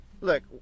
look